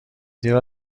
زیرا